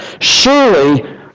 Surely